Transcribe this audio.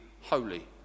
holy